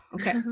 Okay